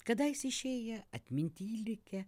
kadaise išėję atminty likę